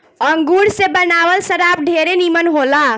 अंगूर से बनावल शराब ढेरे निमन होला